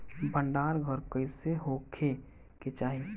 भंडार घर कईसे होखे के चाही?